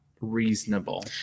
reasonable